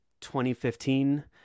2015